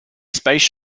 space